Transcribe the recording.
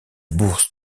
bourse